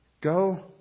Go